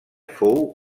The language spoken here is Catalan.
fou